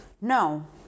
no